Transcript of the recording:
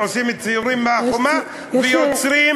עושים ציורים על החומה ויוצרים,